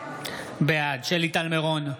בעד שלי טל מירון,